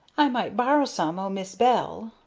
i might borrow some o' mis' bell?